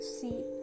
see